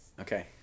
Okay